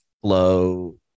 flow